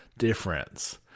Difference